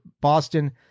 Boston